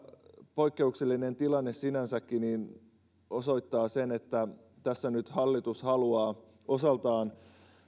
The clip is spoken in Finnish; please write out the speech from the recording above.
poikkeuksellinen tilanne sinänsäkin osoittaa sen että tässä nyt hallitus haluaa osaltaan